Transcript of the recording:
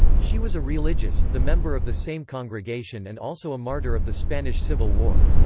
she was a religious, the member of the same congregation and also a martyr of the spanish civil war.